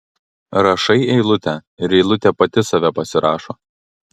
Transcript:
rašai eilutę ir eilutė pati save pasirašo